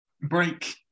break